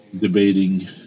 debating